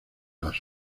las